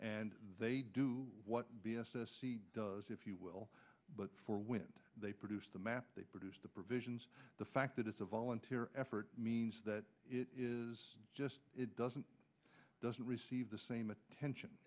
and they do what b s s does if you will but for when they produce the map they produce the provisions the fact that it's a volunteer effort means that it is just it doesn't doesn't receive the same attention